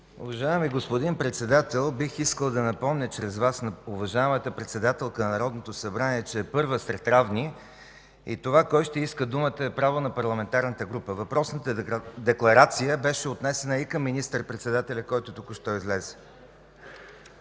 Уважаеми господин Председател, бих искал да напомня чрез Вас на уважаемата председателка на Народното събрание, че е първа сред равни. Това – кой ще иска думата, е право на парламентарната група. Въпросната декларация беше отнесена и към министър-председателя, който току-що излезе.